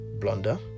blunder